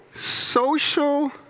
Social